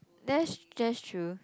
that's that's true